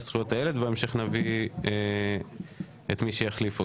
לזכויות הילד ובהמשך נביא את מי שיחליף אותו.